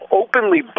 openly